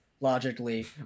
logically